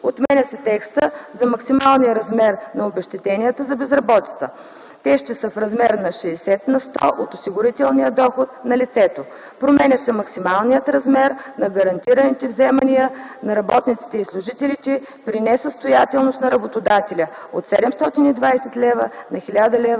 отменя се текстът за максималния размер на обезщетенията за безработица. Те ще са в размер на 60 на сто от осигурителния доход на лицето; - променя се максималният размер на гарантираните вземания на работниците и служителите при несъстоятелност на работодателя от 720 лв. на 1000 лв.